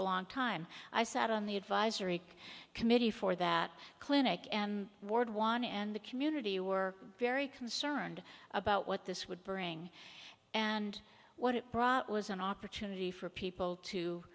a long time i sat on the advisory committee for that clinic and ward one and the community were very concerned about what this would bring and what it brought was an opportunity for people to